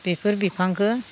बेफोर बिफांखो